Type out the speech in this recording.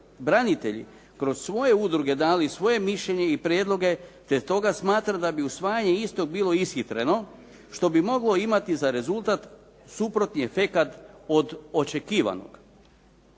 branitelji kroz svoje udruge dali svoje mišljenje i prijedloge, te stoga smatra da bi usvajanje istog bilo ishitreno, što bi moglo imati za rezultat suprotni efekat od očekivanog.